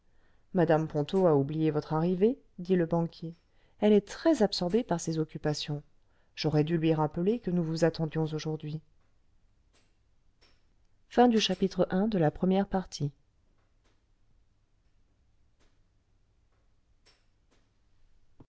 madame ponto a oublié votre arrivée dit le banquier elle est très absorbée par ses occupations j'aurais dû lui rappeler que nous vous attendions aujourd'hui